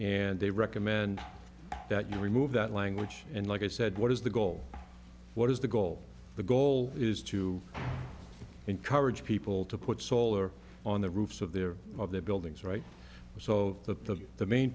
and they recommend that you remove that language and like i said what is the goal what is the goal the goal is to encourage people to put solar on the roofs of their of their buildings right so the the main